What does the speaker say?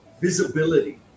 visibility